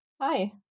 Hi